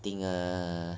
think err